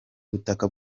butaka